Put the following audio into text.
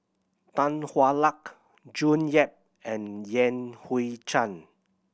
Tan Hwa Luck June Yap and Yan Hui Chang